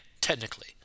technically